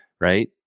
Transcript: right